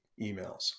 emails